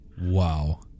Wow